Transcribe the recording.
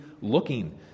looking